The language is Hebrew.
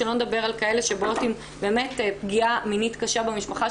שלא נדבר על כאלה שבאות עם באמת פגיעה מינית קשה במשפחה,